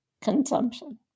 consumption